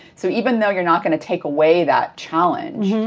so even though you're not going to take away that challenge,